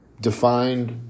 defined